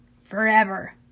Forever